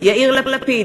יאיר לפיד,